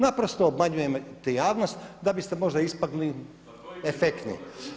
Naprosto obmanjujete javnost da biste možda ispali efektni.